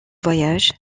voyage